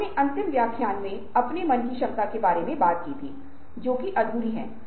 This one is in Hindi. बुद्धि का मतलब बुद्धि लब्धि है